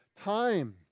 time